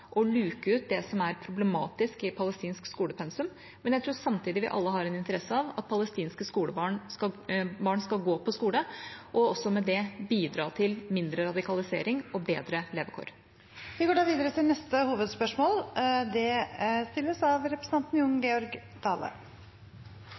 luke ut det som er problematisk i palestinsk skolepensum, men jeg tror samtidig vi alle har en interesse av at palestinske barn skal gå på skole, og også med det bidra til mindre radikalisering og bedre levekår. Vi går da videre til neste hovedspørsmål.